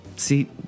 See